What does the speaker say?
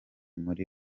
muri